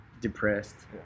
depressed